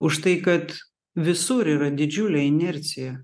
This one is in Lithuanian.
už tai kad visur yra didžiulė inercija